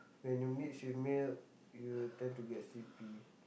when you mix with milk you will tend to get sleepy